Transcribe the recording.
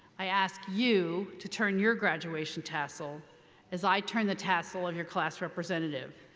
i ask you to turn your graduation tassel as i turn the tassel of your class representative.